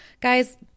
guys